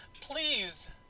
please